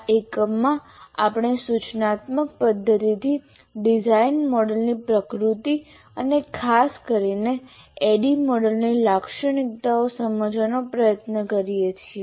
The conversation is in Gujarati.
આ એકમમાં આપણે સૂચનાત્મક પદ્ધતિથી ડિઝાઇન મોડેલોની પ્રકૃતિ અને ખાસ કરીને ADDIE મોડેલની લાક્ષણિકતાઓ સમજવાનો પ્રયત્ન કરીએ છીએ